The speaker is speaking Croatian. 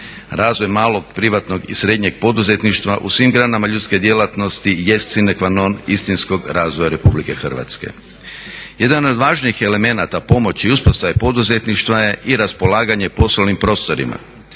Razvoj malog privatnog i srednjeg poduzetništva u svim granama ljudske djelatnosti jest sine quanon istinskog razvoja Republike Hrvatske. Jedan od važnijih elemenata pomoći i uspostave poduzetništva je i raspolaganje poslovnim prostorima.